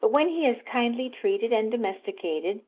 but when he is kindly treated and domesticated,